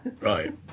right